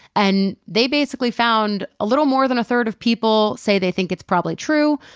and they basically found a little more than a third of people say they think it's probably true.